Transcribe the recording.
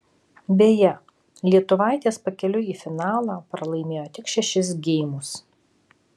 beje lietuvaitės pakeliui į finalą pralaimėjo tik šešis geimus